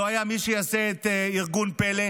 לא היה מי שיעשה את ארגון פל"א